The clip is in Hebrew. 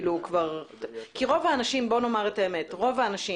כי רוב האנשים,